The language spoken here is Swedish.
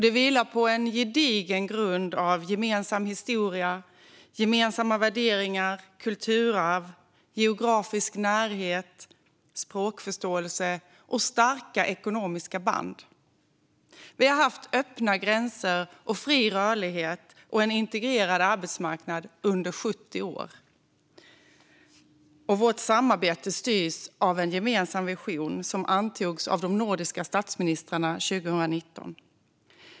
Det vilar på en gedigen grund av gemensam historia, gemensamma värderingar, kulturarv, geografisk närhet, språkförståelse och starka ekonomiska band. Vi har haft öppna gränser, fri rörlighet och en integrerad arbetsmarknad under 70 år. Och vårt samarbete styrs av en gemensam vision som antogs av de nordiska statsministrarna 2019.